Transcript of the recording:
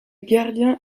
gardien